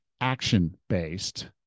action-based